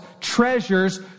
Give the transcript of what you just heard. treasures